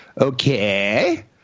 Okay